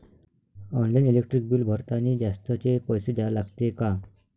Online electric bill भरतानी जास्तचे पैसे द्या लागते का?